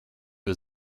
uhr